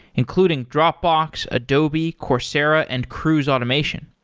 including dropbox, adobe, coursera and cruise automation.